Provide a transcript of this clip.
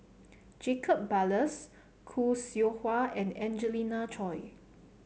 Jacob Ballas Khoo Seow Hwa and Angelina Choy